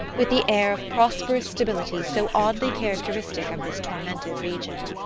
with the air of prosperous stability so oddly characteristic of this tormented region.